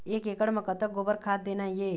एक एकड़ म कतक गोबर खाद देना ये?